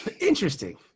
interesting